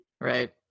Right